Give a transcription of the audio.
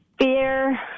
fear